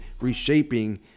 reshaping